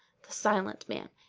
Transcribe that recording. the silent man,